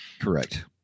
correct